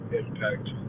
impact